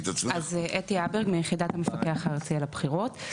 אתי אברג, מיחידת המפקח הארצי על הבחירות.